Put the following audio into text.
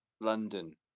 London